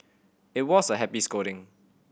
it was a happy scolding